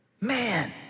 Man